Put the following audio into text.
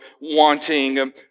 wanting